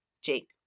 Jake